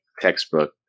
textbook